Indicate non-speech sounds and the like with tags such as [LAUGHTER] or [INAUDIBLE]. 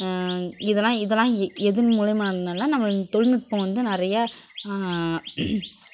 இதெலாம் இதெலாம் எ எதுன் மூலிமானா [UNINTELLIGIBLE] நம்ம தொழில்நுட்பம் வந்து நிறையா